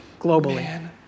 globally